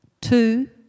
two